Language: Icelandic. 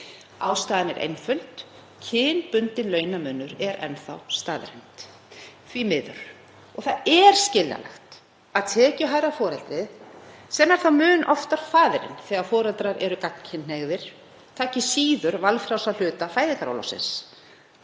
Ástæðan er einföld, kynbundinn launamunur er enn þá staðreynd, því miður. Það er skiljanlegt að tekjuhærra foreldrið, sem er mun oftar faðirinn þegar foreldrar eru gagnkynhneigðir, taki síður valfrjálsan hluta fæðingarorlofsins.